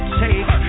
take